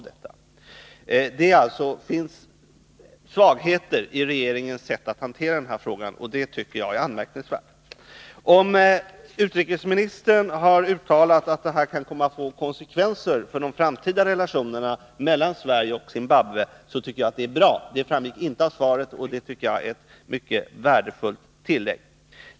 Det finns alltså svagheter i den svenska regeringens sätt att hantera denna fråga, och det tycker jag är anmärkningsvärt. Om utrikesministern har uttalat att det som nu händer i Zimbabwe kan få konsekvenser för de framtida relationerna mellan Sverige och Zimbabwe, tycker jag att det är bra. Det framgick inte av svaret att ett sådant uttalande har gjorts, och det är ett mycket värdefullt tillägg.